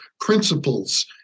principles